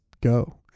go